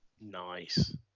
Nice